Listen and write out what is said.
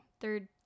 third